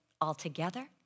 altogether